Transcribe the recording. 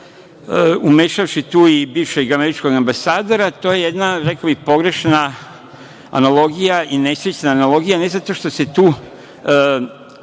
umešavši tu i bivšeg američkog ambasadora, to je jedna, rekao bih, pogrešna analogija i nesrećna analogija, ne zato što se tu